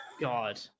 God